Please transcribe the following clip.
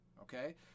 okay